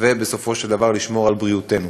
ובסופו של דבר לשמור על בריאותנו.